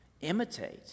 imitate